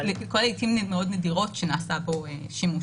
שלעיתים מאוד נדירות נעשה בו שימוש.